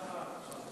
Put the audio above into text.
לכולם.